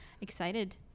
excited